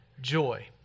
joy